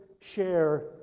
share